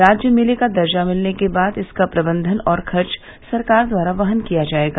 राज्य मेले का दर्जा मिलने के बाद इसका प्रबंधन और खर्च सरकार द्वारा वहन किया जायेगा